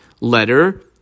letter